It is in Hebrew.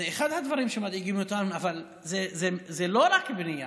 זה אחד הדברים שמדאיגים אותנו, זאת לא רק בנייה,